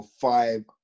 five